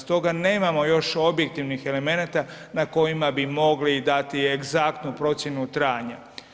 Stoga nemamo još objektivnih elemenata na kojima bi mogli dati egzaktnu procjenu trajanja.